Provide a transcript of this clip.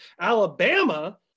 Alabama